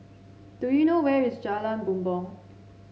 do you know where is Jalan Bumbong